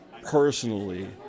personally